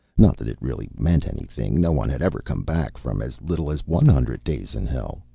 not that it really meant anything. no one had ever come back from as little as one hundred days in hell.